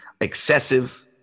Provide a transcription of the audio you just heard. excessive